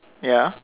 ya